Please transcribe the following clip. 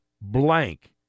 blank